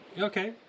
okay